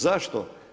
Zašto?